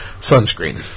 sunscreen